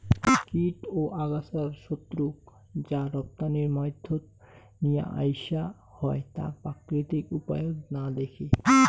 কীট ও আগাছার শত্রুক যা রপ্তানির মাধ্যমত নিয়া আইসা হয় তাক প্রাকৃতিক উপায়ত না দেখি